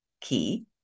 Key